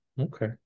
Okay